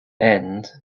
end